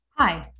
Hi